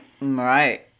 Right